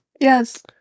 yes